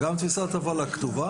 גם תפיסת הפעלה כתובה.